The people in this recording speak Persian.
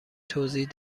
توضیح